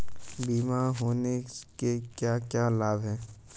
बीमा होने के क्या क्या लाभ हैं?